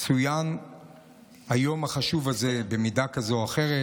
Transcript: צוין היום החשוב הזה במידה כזאת או אחרת,